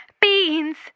beans